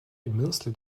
immensely